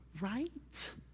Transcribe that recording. right